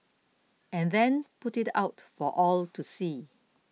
and then put it out for all to see